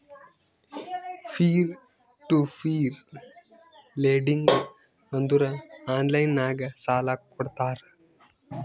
peer to peer lending ಅಂದುರ್ online ನಾಗ್ ಸಾಲಾ ಕೊಡ್ತಾರ